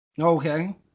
Okay